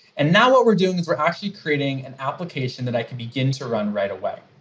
and now what we're doing is we're actually creating an application that i can begin to run right away.